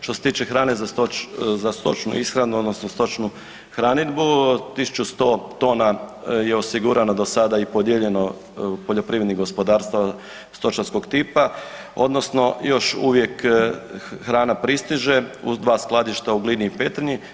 Što se tiče hrane za stočnu ishranu odnosno stočnu hranidbu 1.100 tona je osigurano do sada i podijeljeno poljoprivrednim gospodarstvima stočarskog tipa odnosno još uvijek hrana pristiže u dva skladišta u Glini i Petrinji.